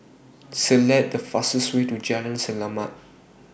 Select The fastest Way to Jalan Selamat